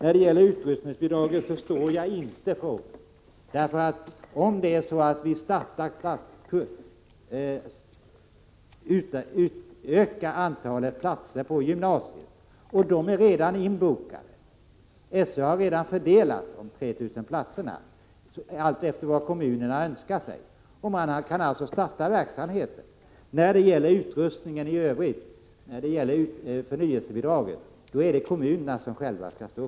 Frågan om utrustningsbidraget förstår jag inte. Vi utökar antalet platser på gymnasiet, och SÖ har redan fördelat de 3 000 platserna alltefter vad kommunerna önskar sig. Man kan alltså starta verksamhet. Utrustningen i övrigt, förnyelsebidraget, skall kommunerna själva stå för.